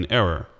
error